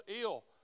ill